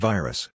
Virus